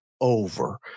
over